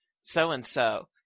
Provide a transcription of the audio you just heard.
so-and-so